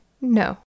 No